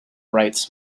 rights